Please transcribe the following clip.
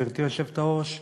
גברתי היושבת-ראש,